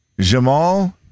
Jamal